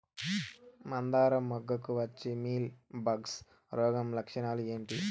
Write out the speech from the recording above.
మందారం మొగ్గకు వచ్చే మీలీ బగ్స్ రోగం లక్షణాలు ఏంటి?